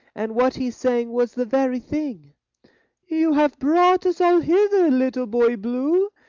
and what he sang was the very thing you have brought us all hither, little boy blue,